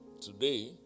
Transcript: today